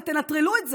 אז תנטרלו את זה,